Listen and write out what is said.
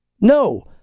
No